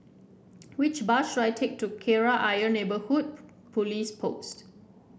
which bus should I take to Kreta Ayer Neighbourhood Police Post